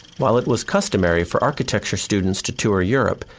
while it was customary for architecture students to tour europe,